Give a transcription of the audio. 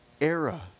era